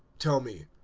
tell me,